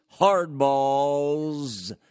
hardballs